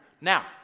Now